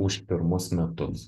už pirmus metus